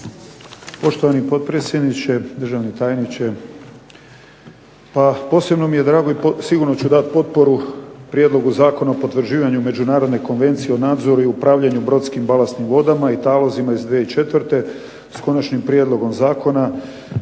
Poštovani potpredsjedniče, državni tajniče. Posebno mi je drago i sigurno ću dati potporu Prijedlogu Zakona o potvrđivanju Međunarodne konvencije o nadzoru i upravljanju brodskim balastnim vodama i talozima iz 2004. s Konačnim prijedlogom zakona